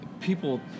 People